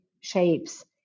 shapes